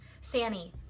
Sanny